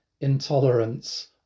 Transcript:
intolerance